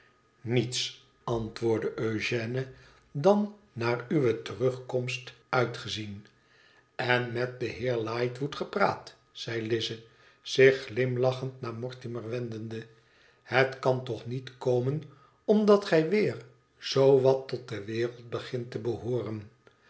niets antwoordde eugène dan naar uwe terugkomst uitgezien en met den heer lightwood gepraat zei lize zich glimlachend naar mortimer wendende het kan toch niet komen omdat gij weer zoo wat tot de wereld begint te behooren